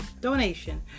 donation